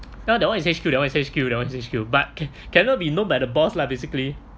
now that one is H_Q that one is H_Q that one is H_Q but cannot be known by the boss lah basically